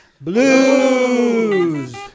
Blues